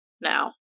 now